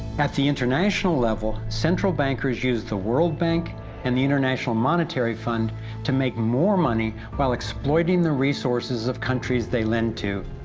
at the international level, central bankers use the world bank and the international monetary fund to make more money while exploiting the resources of countries they lend to,